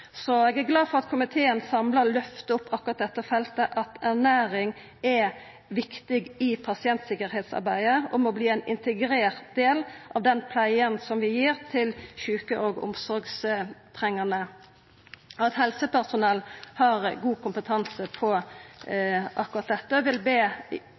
Eg er glad for at komiteen samla løftar opp akkurat dette feltet, at ernæring er viktig i pasientsikkerheitsarbeidet og må verta ein integrert del av den pleia vi gir til sjuke og omsorgstrengjande, og at helsepersonell har god kompetanse på akkurat dette. Eg vil be